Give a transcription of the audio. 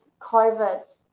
COVID